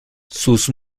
sus